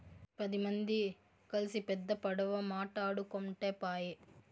పది మంది కల్సి పెద్ద పడవ మాటాడుకుంటే పాయె